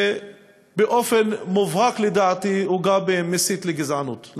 ובאופן מובהק, לדעתי, הוא גם מסית לגזענות.